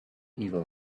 evil